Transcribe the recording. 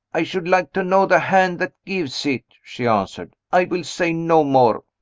i should like to know the hand that gives it, she answered. i will say no more.